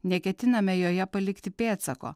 neketiname joje palikti pėdsako